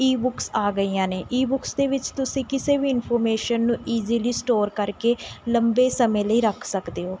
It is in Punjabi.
ਈ ਬੁੱਕਸ ਆ ਗਈਆਂ ਨੇ ਈ ਬੁੱਕਸ ਦੇ ਵਿੱਚ ਤੁਸੀਂ ਕਿਸੇ ਵੀ ਇਨਫੋਰਮੇਸ਼ਨ ਨੂੰ ਈਜ਼ੀਲੀ ਸਟੋਰ ਕਰਕੇ ਲੰਬੇ ਸਮੇਂ ਲਈ ਰੱਖ ਸਕਦੇ ਹੋ